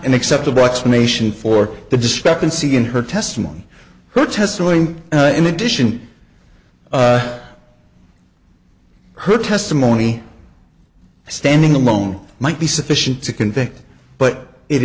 an acceptable explanation for the discrepancy in her testimony her testifying in addition to her testimony standing alone might be sufficient to convict but it